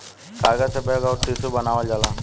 कागज से बैग अउर टिशू बनावल जाला